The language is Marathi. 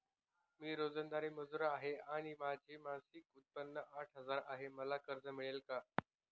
मी रोजंदारी मजूर आहे आणि माझे मासिक उत्त्पन्न आठ हजार आहे, मला कर्ज मिळेल का?